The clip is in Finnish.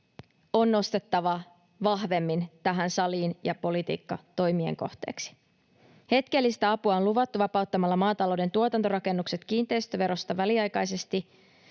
on nostettava vahvemmin tähän saliin ja politiikkatoimien kohteeksi. Hetkellistä apua on luvattu vapauttamalla maatalouden tuotantorakennukset kiinteistöverosta väliaikaisesti.